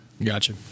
Gotcha